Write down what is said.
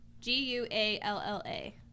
G-U-A-L-L-A